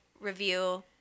review